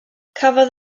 cafodd